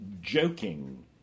joking